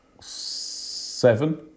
Seven